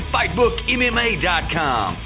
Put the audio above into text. FightBookMMA.com